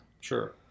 sure